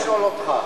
לשאול אותך.